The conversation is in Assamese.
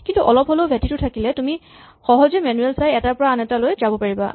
কিন্তু অলপ হ'লেও ভেটিটো থাকিলে তুমি সহজে মেনুৱেল চাই এটাৰ পৰা আন এটালৈ যাব পাৰিবা